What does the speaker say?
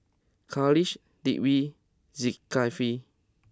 Khalish Dwi Zikri